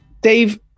Dave